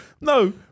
No